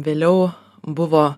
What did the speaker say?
vėliau buvo